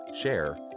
share